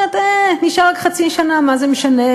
היא אומרת: הא, נשארה רק חצי שנה, מה זה משנה?